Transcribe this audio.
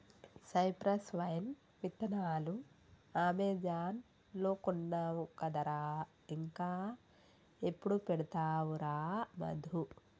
cypress vine విత్తనాలు Amazon లో కొన్నావు కదరా ఇంకా ఎప్పుడు పెడతావురా మధు